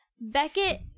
Beckett